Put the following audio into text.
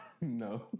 No